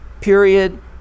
period